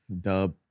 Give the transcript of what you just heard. Dub